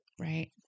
Right